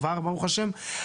עבר ברוך השם,